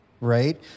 Right